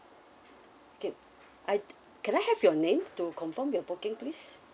okay I can I have your name to confirm your booking please